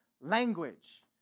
language